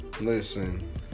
Listen